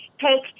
take